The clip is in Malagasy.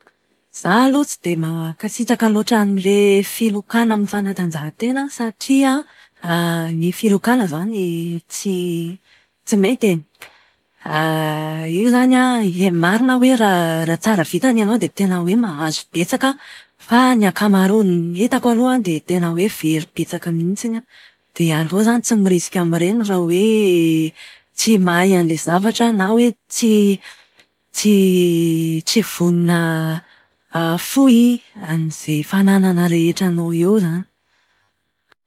Zaho aloha tsy dia mankasitraka loatra an'ilay filokana amin'ny fanatanjahan-tena satria ny filokana izany tsy tsy mety e. Io izany a, marina hoe raha tsara vintana ianao dia tena hoe mahazo betsaka fa ny ankamaronan'ny hitako aloha dia tena hoe very betsaka mihitsiny an. Dia aleo izany tsy mirisika amin'ireny raha hoe tsy mahay an'ilay zavatra na hoe tsy tsy tsy vonona ahafoy an'izay fananana rehetra anao eo izany.